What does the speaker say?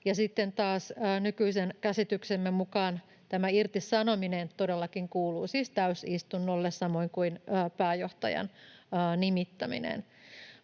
ja sitten taas nykyisen käsityksemme mukaan tämä irtisanominen todellakin siis kuuluu täysistunnolle, samoin kuin pääjohtajan nimittäminen,